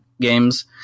games